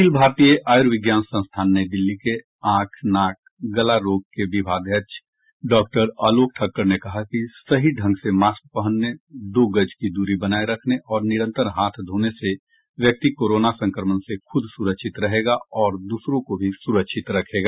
अखिल भारतीय आयुर्विज्ञान संस्थान नई दिल्ली के आंख नाक गला रोग के विभागाध्यक्ष डॉक्टर आलोक ठक्कर ने कहा कि सही ढंग से मास्क पहनने दो गज की दूरी बनाए रखने और निरंतर हाथ धोने से व्यक्ति कोरोना संक्रमण से खुद सुरक्षित रहेगा और दूसरों को भी सुरक्षित रखेगा